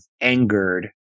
angered